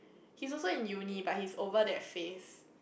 he's also in uni but he's over that phase